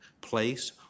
place